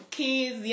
kids